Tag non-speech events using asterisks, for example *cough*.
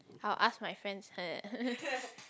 I'll ask my friends *laughs*